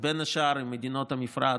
בין השאר עם מדינות המפרץ,